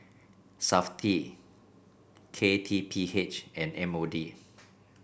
Safti K T P H and M O D